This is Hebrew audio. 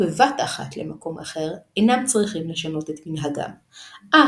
פסיקה זו של הרב יוסף קארו לא התקבלה בקרב כל הציבורים,